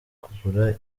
kugura